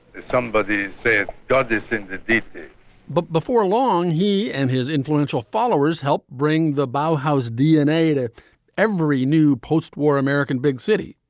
somebody said god is in it but before long, he and his influential followers helped bring the bathhouse dna to every new postwar american big city,